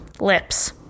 Lips